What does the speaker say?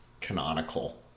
canonical